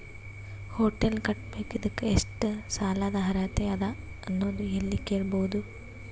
Hotel ಕಟ್ಟಬೇಕು ಇದಕ್ಕ ಎಷ್ಟ ಸಾಲಾದ ಅರ್ಹತಿ ಅದ ಅನ್ನೋದು ಎಲ್ಲಿ ಕೇಳಬಹುದು?